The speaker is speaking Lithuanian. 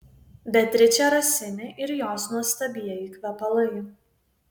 beatričė rosini ir jos nuostabieji kvepalai